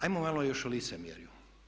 Ajmo malo još o licemjeru.